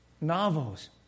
Novels